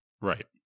right